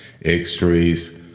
x-rays